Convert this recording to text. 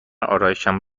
آرایشم